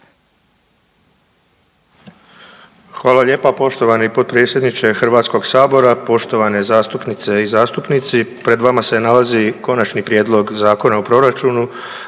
Hvala lijepa poštovani potpredsjedniče HS, poštovane zastupnice i zastupnici. Pred vama se nalazi Konačni prijedlog Zakona o proračunu.